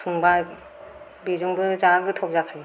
संबा बेजोंबो जा गोथाव जाथारो